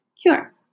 cure